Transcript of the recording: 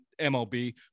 MLB